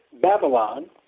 Babylon